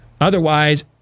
Otherwise